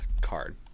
card